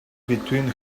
between